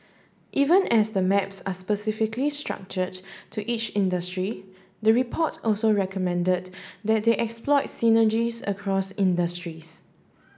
even as the maps are specifically structured to each industry the report also recommended that they exploit synergies across industries